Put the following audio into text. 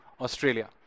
Australia